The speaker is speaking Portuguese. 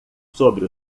sobre